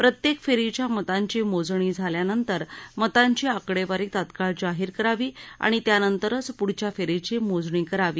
प्रत्येक फेरीच्या मतांची मोजणी झाल्यानंतर मतांची आकडेवारी तात्काळ जाहीर करावी आणि त्यानंतरच पुढच्या फेरीची मोजणी करावी